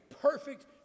perfect